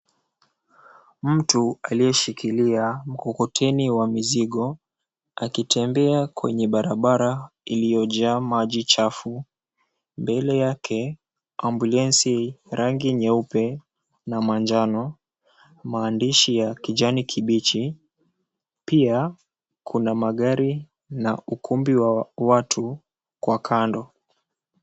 Mtu aliye shikilia mkokoteni wa mizigo, akitembea kwenye barabara iliyo jaa maji chafu, mbele yake ambulensi rangi nyeupe na manjano. Maandishi ya kijani kibichi. Pia kuna magari na ukumbi wa watu kwa kando.